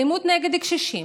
אלימות נגד קשישים,